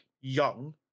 young